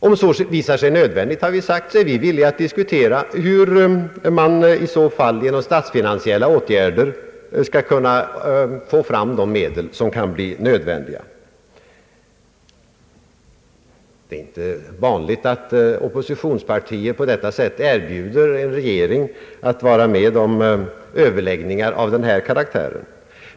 Om så visar sig nödvändigt, har vi sagt, är vi villiga att diskutera hur man i så fall genom statsfinansiella åtgärder skall få fram nödvändiga medel. Det är inte vanligt att oppositionspartier på detta sätt erbjuder en regering att delta i överläggningar av denna karaktär.